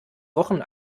wochen